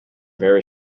very